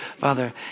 Father